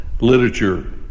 literature